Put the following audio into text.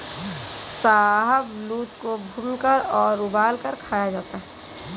शाहबलूत को भूनकर और उबालकर खाया जाता है